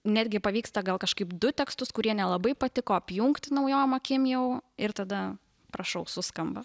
netgi pavyksta gal kažkaip du tekstus kurie nelabai patiko apjungti naujom akim jau ir tada prašau suskamba